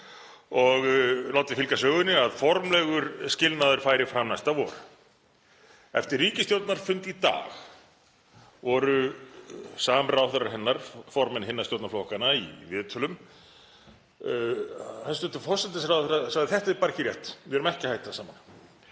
og látið fylgja sögunni að formlegur skilnaður færi fram næsta vor. Eftir ríkisstjórnarfund í dag voru samráðherrar hennar, formenn hinna stjórnarflokkanna, í viðtölum. Hæstv. forsætisráðherra sagði: Þetta er bara ekki rétt, við erum ekki að hætta saman